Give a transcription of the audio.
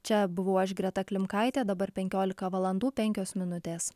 čia buvau aš greta klimkaitė dabar penkiolika valandų penkios minutės